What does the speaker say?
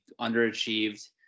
underachieved